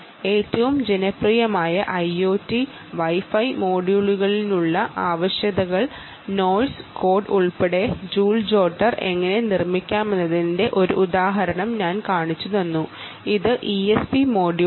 ഏറ്റവും ജനപ്രിയമായ IoT Wi Fi മൊഡ്യൂളിനുള്ള ആവശ്യകതകൾ സോഴ്സ് കോഡ് ഉൾപ്പെടെ ജൂൾ ജോട്ടർ എങ്ങനെ നിർമ്മിക്കാമെന്നതിന്റെ ഒരു ഉദാഹരണവും ഞാൻ കാണിച്ചുതന്നു അത് ESP മൊഡ്യൂളാണ്